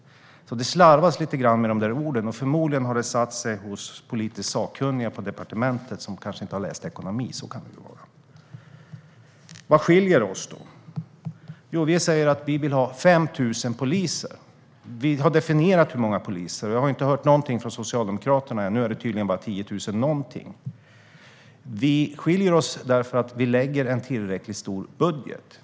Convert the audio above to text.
Det slarvas lite grann med de där orden, och förmodligen har det satt sig hos politiskt sakkunniga på departementet som kanske inte har läst ekonomi. Vad skiljer oss då? Jo, vi säger att vi vill ha 5 000 poliser; vi har definierat hur många. Jag har inte hört någonting från Socialdemokraterna än. Nu är det tydligen bara 10 000 av någonting. Vi skiljer oss därför att vi lägger en tillräckligt stor budget.